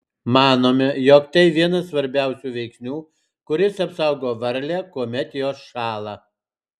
manome jog tai vienas svarbiausių veiksnių kuris apsaugo varlę kuomet jos šąla